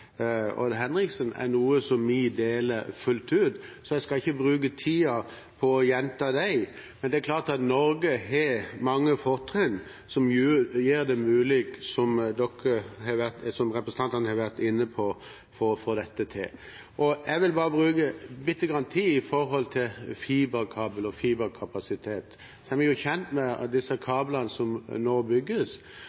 Henriksen, er synspunkter vi deler fullt ut, så jeg skal ikke bruke tid på å gjenta dem. Men det er klart at Norge har mange fortrinn som gjør det mulig, som representantene har vært inne på, å få dette til. Jeg vil bare bruke litt tid på fiberkabel og fiberkapasitet. Vi er kjent med disse kablene som nå bygges,